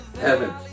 heaven